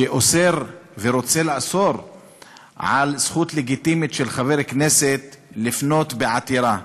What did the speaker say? שאוסר ורוצה לאסור זכות לגיטימית של חבר כנסת לפנות בעתירה.